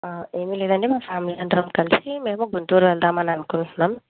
ఏమీ లేదండి మా ఫ్యామిలీ అందరం కలిసి మేము గుంటూరు వెళ్దాం అని అనుకుంటున్నాం